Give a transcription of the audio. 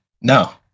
no